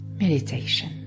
meditation